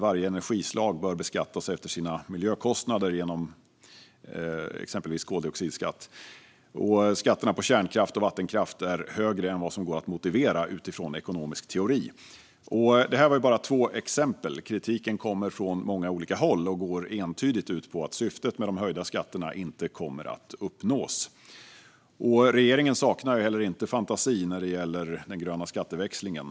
Varje energislag bör beskattas efter sina miljökostnader genom exempelvis koldioxidskatt. Skatterna på kärnkraft och vattenkraft är högre än vad som går att motivera utifrån ekonomisk teori. Detta var bara två exempel. Kritiken kommer från många olika håll och går entydigt ut på att syftet med de höjda skatterna inte kommer att uppnås. Regeringen saknar heller inte fantasi när det gäller den gröna skatteväxlingen.